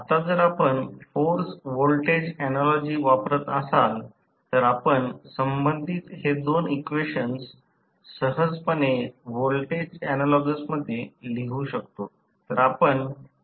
आता जर आपण फोर्स व्होल्टेज ऍनालॉजी वापरत असाल तर आपण संबंधित हे दोन इक्वेशन सहजपणे व्होल्टेज ऍनालॉगस मध्ये लिहू शकतो